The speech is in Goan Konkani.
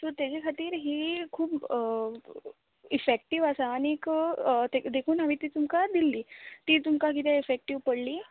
सो तेजा खातीर ही खूब इफेक्टीव आसा आनीक दे देखून हांवेन ती तुमका दिल्ली ती तुमका कितें इफेक्टीव पडली